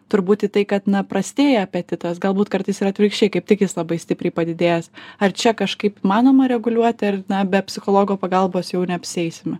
turbūt į tai kad na prastėja apetitas galbūt kartais ir atvirkščiai kaip tik jis labai stipriai padidėjęs ar čia kažkaip įmanoma reguliuoti ir na be psichologo pagalbos jau neapsieisime